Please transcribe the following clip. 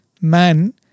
Man